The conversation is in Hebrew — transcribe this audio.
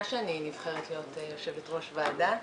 שאני נבחרת לתפקיד יושבת-ראש ועדה.